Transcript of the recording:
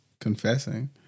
confessing